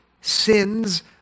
sins